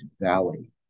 valley